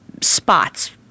spots